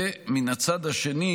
מן הצד השני,